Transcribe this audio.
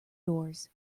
doors